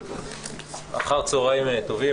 אחר צוהריים טובים,